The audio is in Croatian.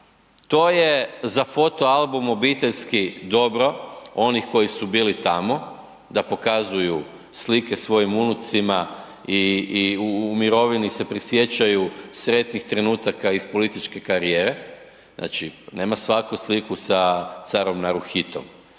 To je za foto album obiteljski dobro onih koji su bili tamo da pokazuju slike svojim unucima i u mirovini se prisjećaju sretnih trenutaka iz političke karijere, znači nema svako sliku sa carom Naruhitom